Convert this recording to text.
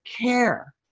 care